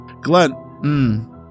Glenn